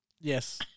Yes